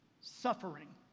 Suffering